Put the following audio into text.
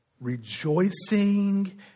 Rejoicing